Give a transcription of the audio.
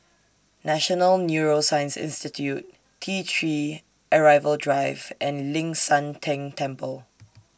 National Neuroscience Institute T three Arrival Drive and Ling San Teng Temple